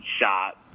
shot